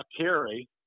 carry